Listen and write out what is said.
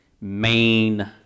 main